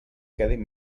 quedin